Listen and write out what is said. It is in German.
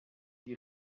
die